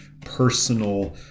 personal